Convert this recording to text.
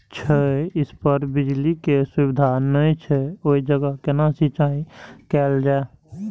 छै इस पर बिजली के सुविधा नहिं छै ओहि जगह केना सिंचाई कायल जाय?